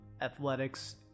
athletics